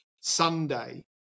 Sunday